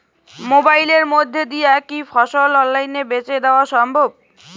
মোবাইলের মইধ্যে দিয়া কি ফসল অনলাইনে বেঁচে দেওয়া সম্ভব?